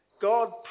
God